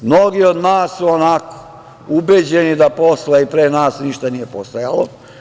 Mnogi od nas su ubeđeni da posle i pre nas ništa nije postojalo.